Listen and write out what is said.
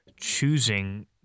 choosing